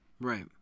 Right